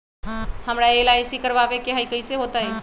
हमरा एल.आई.सी करवावे के हई कैसे होतई?